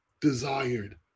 desired